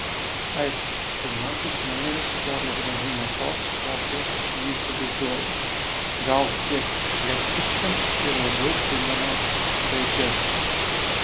aišku pirmasis numeris toli gražu ne toks kokį aš jį įsivaizduoju gal kiek eklektiškas ir labiau primena daidžestą